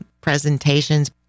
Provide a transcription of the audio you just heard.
presentations